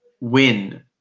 win